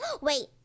Wait